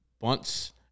bunts